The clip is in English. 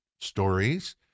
stories